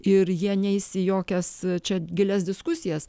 ir jie neis į jokias čia gilias diskusijas